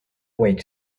wait